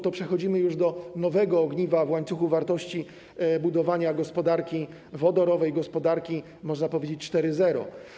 Tu przechodzimy już do nowego ogniwa w łańcuchu wartości budowania gospodarki wodorowej, gospodarki, można powiedzieć, 4.0.